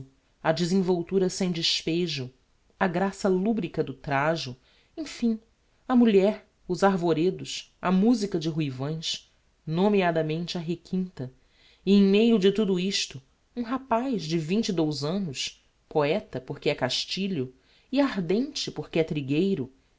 a desenvoltura sem despejo a graça lubrica do trajo em fim a mulher os arvoredos a musica de ruivães nomeadamente a requinta e em meio de tudo isto um rapaz de vinte e dous annos poeta porque é castilho e ardente porque é trigueiro